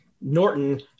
Norton